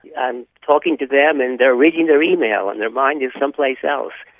i'm talking to them and they're reading their email and their mind is some place else,